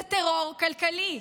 זה טרור כלכלי.